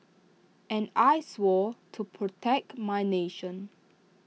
and I swore to protect my nation